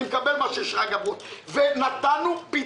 אני מקבל את מה ששרגא ברוש אמר.